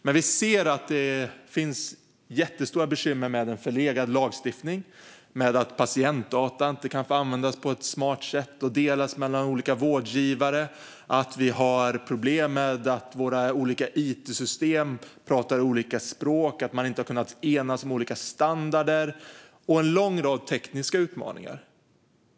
Men vi ser att det finns jättestora bekymmer med en förlegad lagstiftning och med att patientdata inte kan få användas på ett smart sätt och delas mellan olika vårdgivare. Vi har problem med att våra olika it-system pratar olika språk och att man inte har kunnat enas om standarder. Det finns en lång rad tekniska utmaningar.